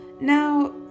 Now